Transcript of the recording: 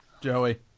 Joey